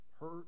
hurt